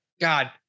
God